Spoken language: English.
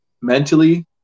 mentally